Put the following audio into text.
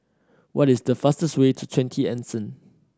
what is the fastest way to Twenty Anson